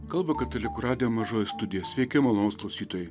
kalba katalikų radijo mažoji studija sveiki malonūs klausytojai